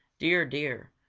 dear, dear,